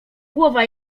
głowa